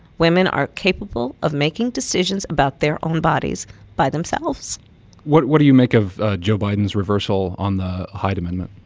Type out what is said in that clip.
women are capable of making decisions about their own bodies by themselves what what do you make of joe biden's reversal on the hyde amendment?